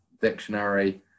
dictionary